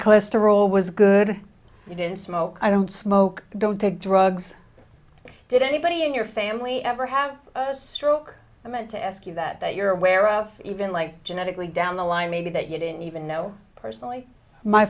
cholesterol was good you didn't smoke i don't smoke don't take drugs did anybody in your family ever have a stroke i meant to ask you that you're aware of even like genetically down the line maybe that you didn't even know personally my